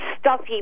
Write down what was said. stuffy